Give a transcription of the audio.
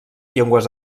llengües